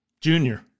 Junior